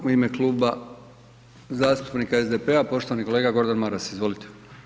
U ime Kluba zastupnika SDP-a, poštovani kolega Gordan Maras, izvolite.